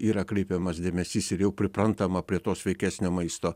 yra kreipiamas dėmesys ir jau priprantama prie to sveikesnio maisto